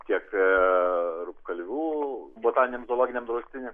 kiek rupkalvių botaniniam zoologiniam draustiny